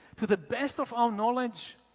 to the best of our knowledge,